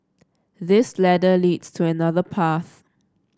this ladder leads to another path